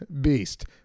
Beast